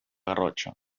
garrotxa